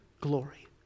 glory